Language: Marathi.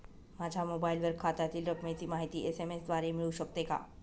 माझ्या मोबाईलवर खात्यातील रकमेची माहिती एस.एम.एस द्वारे मिळू शकते का?